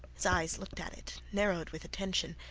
his eyes looked at it, narrowed with attention,